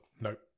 Nope